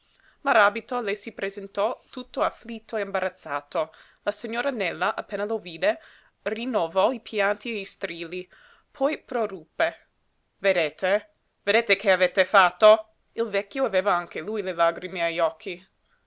vecchio maràbito le si presentò tutt'afflitto e imbarazzato la signora nela appena lo vide rinnovò i pianti e gli strilli poi proruppe vedete vedete che avete fatto il vecchio aveva anche lui le lagrime agli occhi